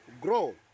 grow